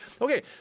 Okay